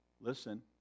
listen